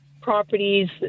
properties